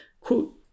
Quote